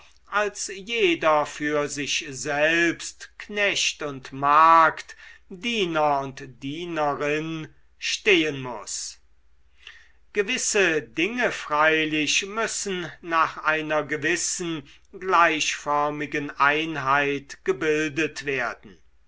als jeder für sich selbst knecht und magd diener und dienerin stehen muß gewisse dinge freilich müssen nach einer gewissen gleichförmigen einheit gebildet werden